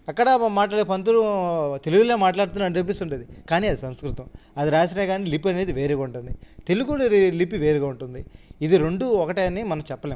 అక్కడ మాట్లాడే పంతులు తెలుగులో మాట్లాడుతున్న అనిపిస్తుంటుంది కానీ అది సంస్కృతం అది రాసినా గానీ లిపి అనేది వేరేగా ఉంటుంది తెలుగు లిపి వేరుగా ఉంటుంది ఇది రెండూ ఒకటే అని మనం చెప్పలేము